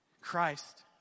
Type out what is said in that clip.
Christ